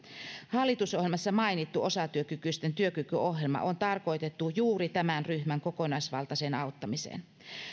hallitusohjelmassa mainittu osatyökykyisten työkykyohjelma on tarkoitettu juuri tämän ryhmän kokonaisvaltaiseen auttamiseen